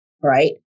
right